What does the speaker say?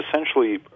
essentially